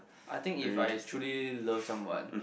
I think if I truly love someone